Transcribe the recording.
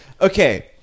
Okay